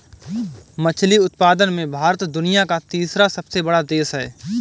मछली उत्पादन में भारत दुनिया का तीसरा सबसे बड़ा देश है